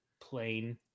plain